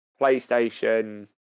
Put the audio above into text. PlayStation